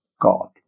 God